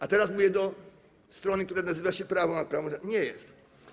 A teraz mówię do strony, która nazywa się prawą, a prawą nie jest.